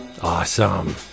Awesome